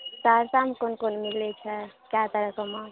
सहरसामे कोन कोन मिलै छै कय तरह